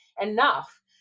enough